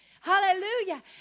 hallelujah